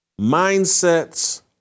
mindsets